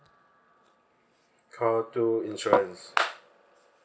call two insurance